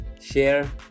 share